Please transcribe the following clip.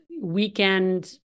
weekend